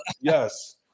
Yes